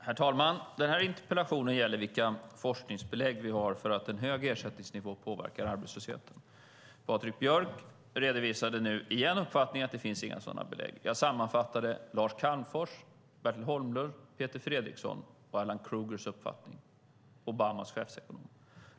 Herr talman! Den här interpellationen gäller vilka forskningsbelägg vi har för att en hög ersättningsnivå påverkar arbetslösheten. Patrik Björck redovisade återigen uppfattningen att det inte finns några sådana belägg. Jag sammanfattade Lars Calmfors, Bertil Holmlunds, Peter Fredrikssons och Obamas chefsekonom Alan Kruegers uppfattning.